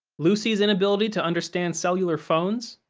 lucy's inability to understand cellular phones.